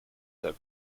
that